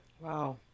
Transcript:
wow